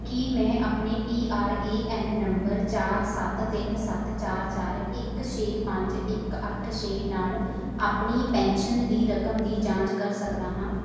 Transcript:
ਕੀ ਮੈਂ ਆਪਣੇ P R A N ਨੰਬਰ ਚਾਰ ਸੱਤ ਤਿੰਨ ਸੱਤ ਚਾਰ ਚਾਰ ਇੱਕ ਛੇ ਪੰਜ ਇੱਕ ਅੱਠ ਛੇ ਨਾਲ ਆਪਣੀ ਪੈਨਸ਼ਨ ਦੀ ਰਕਮ ਦੀ ਜਾਂਚ ਕਰ ਸਕਦਾ ਹਾਂ